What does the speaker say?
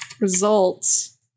Results